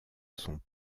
sont